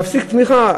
להפסיק תמיכה.